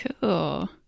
Cool